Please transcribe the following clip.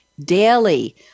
daily